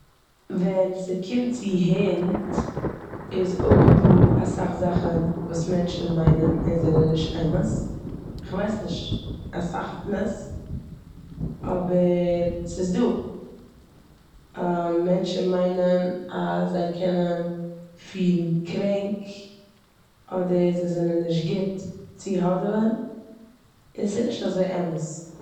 וען ס'קומט צו הונט איז אויך דא אסאך זאכן וואס מענטשן מיינען און זענען נישט אמת. כ'ווייס נישט אסאך פון עס אבער ס'איז דא. מענטשן מיינען אז זיי קענען פירן קרענק אדער זיי זענען נישט גוט צו האדעווען און ס'נישט אזוי אמת.